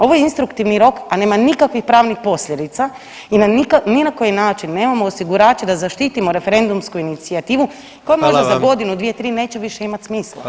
Ovo je instruktivni rok, a nema nikakvih pravnih posljedica i ni na koji način nemamo osigurače da zaštitimo referendumsku inicijativu [[Upadica predsjednik: Hvala vam.]] koja možda za godinu, dvije, tri neće više imat smisla.